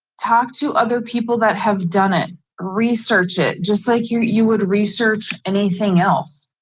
talk to other people that have done it, research it just like you you would research anything else.